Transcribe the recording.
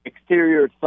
exterior